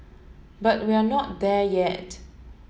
but we're not there yet